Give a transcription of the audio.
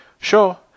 Sure